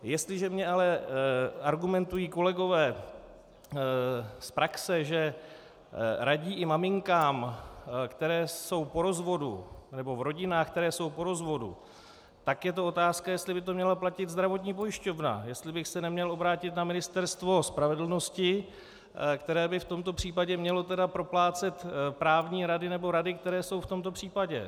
Jestliže mi ale argumentují kolegové z praxe, že radí i maminkám, které jsou po rozvodu, nebo v rodinách, které jsou po rozvodu, tak je to otázka, jestli by to měla platit zdravotní pojišťovna, jestli bych se neměl obrátit na Ministerstvo spravedlnosti, které by v tomto případě tedy mělo proplácet právní rady nebo rady, které jsou v tomto případě.